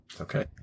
okay